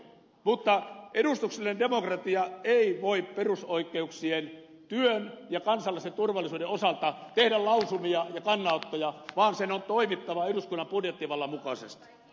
mutta edustuksellinen demokratia ei voi perusoikeuksien työn ja kansallisen turvallisuuden osalta tehdä lausumia ja kannanottoja vaan sen on toimittava eduskunnan budjettivallan mukaisesti